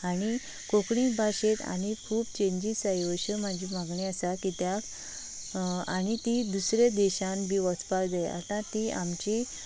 आनी कोंकणी भाशेंत आनीक खूब चेंजीस जायो अश्यो म्हाज्यो मागण्यो आसा कित्याक आनी ती दुसऱ्यां देशांत बी वचपाक जाये आतां ती आमची